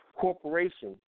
corporation